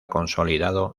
consolidado